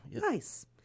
Nice